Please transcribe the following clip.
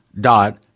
Dot